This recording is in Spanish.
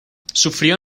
sufrió